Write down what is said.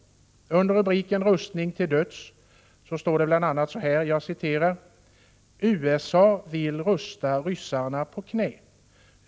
Under rubriken Rustning till döds står det: ”USA vill rusta ryssarna på knä.